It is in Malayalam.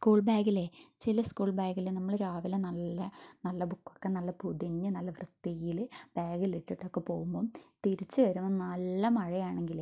സ്കൂൾ ബാഗിലെ ചില സ്കൂൾ ബാഗിലെ നമ്മൾ രാവിലെ നല്ല നല്ല ബുക്കൊക്കെ നല്ല പൊതിഞ്ഞു നല്ല വൃത്തിയിലു ബാഗിലിട്ടിട്ടൊക്കെ പോകുമ്പം തിരിച്ച് വരുമ്പം നല്ല മഴയാണെങ്കിൽ